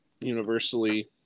universally